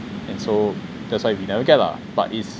and so that's why if you never get lah but it's